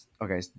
okay